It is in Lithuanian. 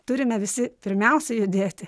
turime visi pirmiausia judėti